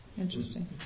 interesting